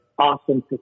awesome